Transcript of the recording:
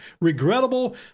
regrettable